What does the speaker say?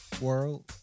world